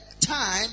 time